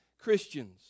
Christians